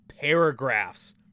paragraphs